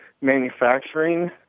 manufacturing